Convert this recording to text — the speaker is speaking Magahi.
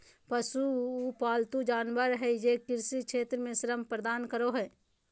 पशुधन उ पालतू जानवर हइ जे कृषि क्षेत्र में श्रम प्रदान करो हइ